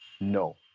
no